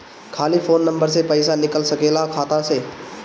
खाली phone number से पईसा निकल सकेला खाता से?